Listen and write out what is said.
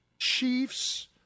Chiefs